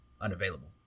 unavailable